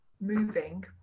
moving